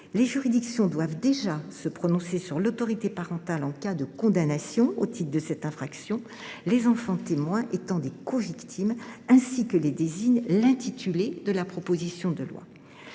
Les juridictions doivent déjà se prononcer sur l’autorité parentale en cas de condamnation au titre de cette infraction, les enfants témoins étant des covictimes, ainsi que les désigne l’intitulé de la proposition de loi.